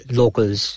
locals